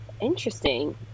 interesting